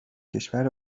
کشور